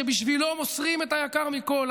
שבשבילו מוסרים את היקר מכול,